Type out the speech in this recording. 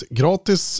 gratis